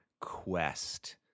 quest